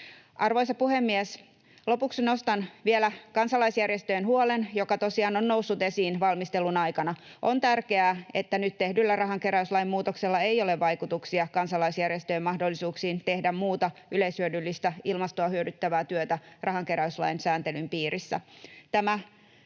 Arvoisa puhemies! Lopuksi nostan vielä kansalaisjärjestöjen huolen, joka tosiaan on noussut esiin valmistelun aikana. On tärkeää, että nyt tehdyllä rahankeräyslain muutoksella ei ole vaikutuksia kansalaisjärjestöjen mahdollisuuksiin tehdä muuta yleishyödyllistä ilmastoa hyödyttävää työtä rahankeräyslain sääntelyn piirissä.